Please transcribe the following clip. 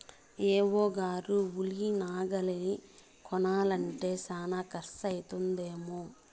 AO గారు ఉలి నాగలి కొనాలంటే శానా కర్సు అయితదేమో